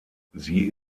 sie